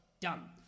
Done